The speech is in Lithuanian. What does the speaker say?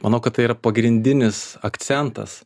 manau kad tai yra pagrindinis akcentas